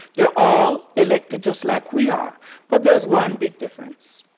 they are all elected just like we are but there is one big difference.